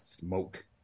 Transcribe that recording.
Smoke